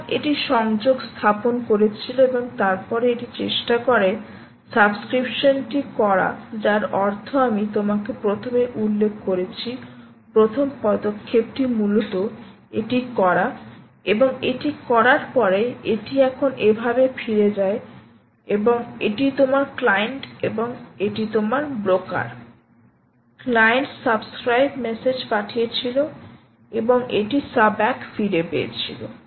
সুতরাং এটি সংযোগ স্থাপন করেছিল এবং তারপরে এটি চেষ্টা করে সাবস্ক্রিপশনটি করা যার অর্থ আমি তোমাকে প্রথমে উল্লেখ করেছি প্রথম পদক্ষেপটি মূলত এটি করা এবং এটি করার পরে এটি এখন এভাবে ফিরে যায় এবং এটি তোমার ক্লায়েন্ট এবং এটি ব্রোকার ক্লায়েন্ট সাবস্ক্রাইব মেসেজ পাঠিয়েছিল এবং এটি সাব ব্যাক ফিরে পেয়েছিল